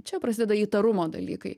čia prasideda įtarumo dalykai